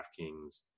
DraftKings